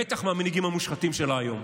בטח מהמנהיגים המושחתים שלה היום.